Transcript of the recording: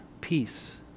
peace